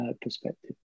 perspective